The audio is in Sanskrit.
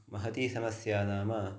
महती समस्या नाम